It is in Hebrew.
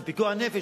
זה פיקוח נפש,